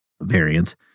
variant